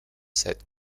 said